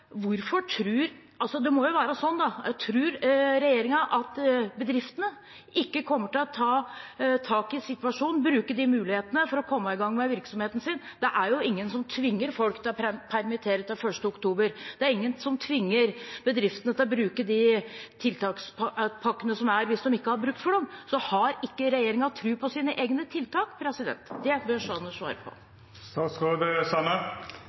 være sånn – at bedriftene ikke kommer til å ta tak i situasjonen og bruke de mulighetene for å komme i gang med virksomheten sin? Det er jo ingen som tvinger folk til å permittere til 1. oktober. Det er ingen som tvinger bedriftene til å bruke de tiltakspakkene som er hvis de ikke har bruk for dem. Har ikke regjeringen tro på sine egne tiltak? Det er et spørsmål statsråden bør svare